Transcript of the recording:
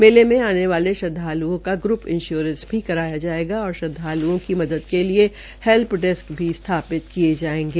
मेले में आने वाले श्रदवालूओं का ग्रंप इंस्योरेंस भी कराया जायेगा और श्रदवालूओं की मदद के लिए हैल्प डेस्क् भी स्थापित किये जायेंगे